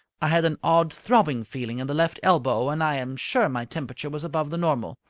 i had an odd throbbing feeling in the left elbow, and i am sure my temperature was above the normal.